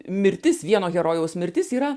mirtis vieno herojaus mirtis yra